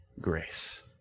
grace